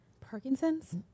Parkinson's